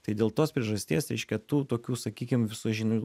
tai dėl tos priežasties reiškia tu tokių sakykim visažinių